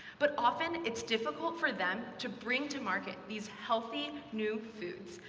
but often, it's difficult for them to bring to market these healthy, new foods,